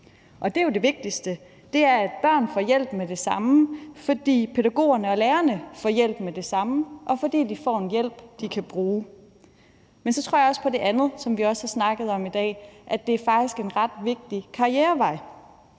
det vigtigste er jo, at børnene får hjælp med det samme, og det gør de, fordi pædagogerne og lærerne får hjælp med det samme, og fordi de får en hjælp, de kan bruge. Men så tror jeg også på det andet, som vi også har snakket om i dag, altså at det faktisk er en ret vigtig karrierevej,